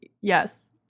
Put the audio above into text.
yes